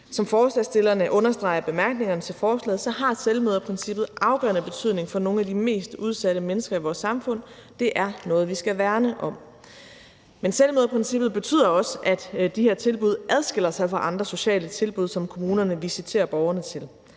Som forslagsstillerne understreger i bemærkningerne til forslaget, har selvmøderprincippet afgørende betydning for nogle af de mest udsatte mennesker i vores samfund. Det er noget, vi skal værne om. Men selvmøderprincippet betyder også, at de her tilbud adskiller sig fra andre sociale tilbud, som kommunerne visiterer borgerne til.